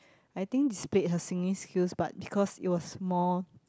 I think displayed her singing skills but because it was more